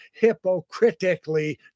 hypocritically